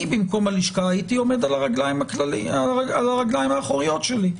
אני במקום הלשכה הייתי עומד על הרגליים האחוריות שלי.